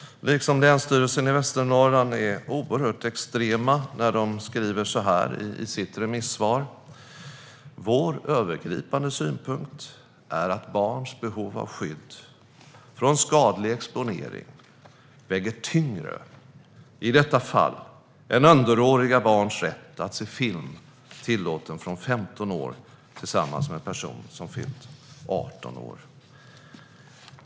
Länsstyrelsen i Västernorrland är också oerhört extrem när man i sitt remissvar skriver så här: Vår övergripande synpunkt är att barns behov av skydd från skadlig exponering i detta fall väger tyngre än underåriga barns rätt att se film tillåten från femton år tillsammans med en person som fyllt arton år.